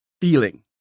feeling